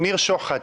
ניר שוחט,